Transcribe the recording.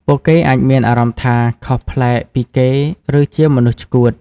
ពួកគេអាចមានអារម្មណ៍ថា "ខុសប្លែក" ពីគេ ឬជា "មនុស្សឆ្កួត"។